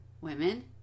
women